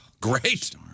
Great